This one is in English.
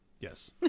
yes